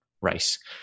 rice